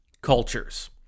cultures